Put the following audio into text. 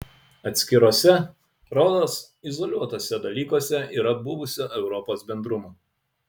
atskiruose rodos izoliuotuose dalykuose yra buvusio europos bendrumo